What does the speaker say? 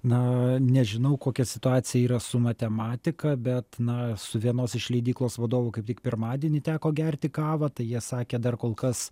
na nežinau kokia situacija yra su matematika bet na su vienos iš leidyklos vadovų kaip tik pirmadienį teko gerti kavą tai jie sakė dar kol kas